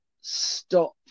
stop